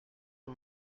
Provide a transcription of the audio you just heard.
aux